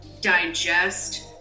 digest